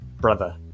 brother